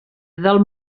del